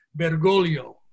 Bergoglio